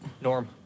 Norm